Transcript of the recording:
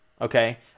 okay